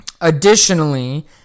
additionally